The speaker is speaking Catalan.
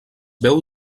veu